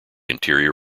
interior